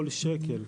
כל שקל.